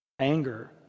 anger